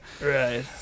Right